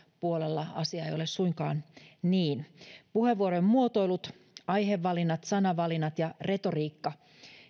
puolella asia ei ole suinkaan niin puheenvuorojen muotoilut aihevalinnat sanavalinnat ja retoriikka